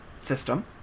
system